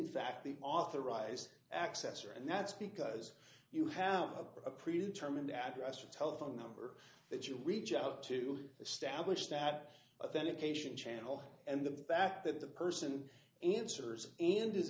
the authorized access and that's because you have a predetermined address or telephone number that you reach out to establish that authentic asian channel and the fact that the person answers and